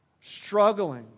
struggling